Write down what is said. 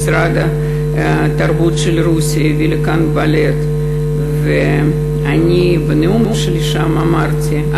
משרד התרבות של רוסיה הביא לכאן בלט ואני בנאום שלי שם אמרתי: